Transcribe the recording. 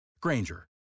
Granger